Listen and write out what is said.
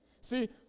See